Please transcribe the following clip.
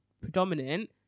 predominant